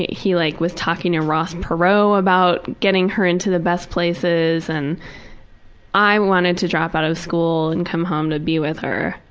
he like was talking to ross perot about getting her into the best places and i wanted to drop out of school and come home to be with her.